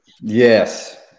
Yes